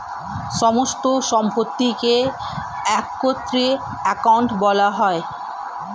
সমস্ত সম্পত্তিকে একত্রে অ্যাসেট্ বলা হয়